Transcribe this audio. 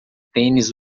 tênis